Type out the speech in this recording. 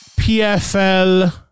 PFL